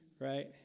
right